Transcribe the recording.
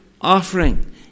offering